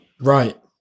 right